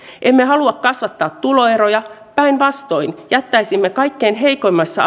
emme halua kasvattaa tuloeroja päinvastoin jättäisimme kaikkein heikoimmassa